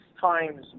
times